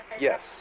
yes